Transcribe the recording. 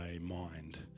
mind